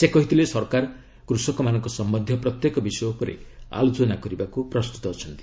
ସେ କହିଥିଲେ ସରକାର କୃଷକମାନଙ୍କ ସମ୍ପନ୍ଧୀୟ ପ୍ରତ୍ୟେକ ବିଷୟ ଉପରେ ଆଲୋଚନା କରିବାକୁ ପ୍ରସ୍ତୁତ ଅଛନ୍ତି